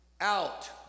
out